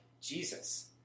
Jesus